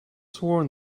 sworn